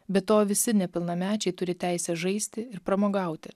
be to visi nepilnamečiai turi teisę žaisti ir pramogauti